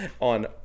on